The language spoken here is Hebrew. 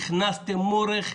הכנסתם מורך,